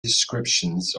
descriptions